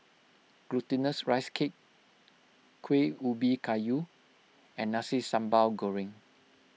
Glutinous Rice Cake Kuih Ubi Kayu and Nasi Sambal Goreng